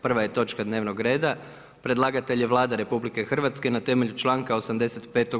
Prva je točka dnevnog reda, predlagatelj je Vlada RH na temelju članka 85.